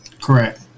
correct